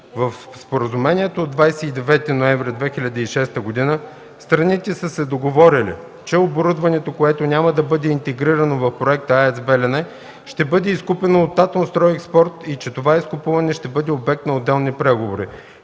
В споразумение от 29 ноември 2006 г. страните са се договорили, че оборудването, което няма да бъде интегрирано в проекта „АЕЦ “Белене”, ще бъде изкупено от „Атомстройекспорт” и че това изкупуване ще бъде обект на отделни преговори.